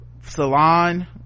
salon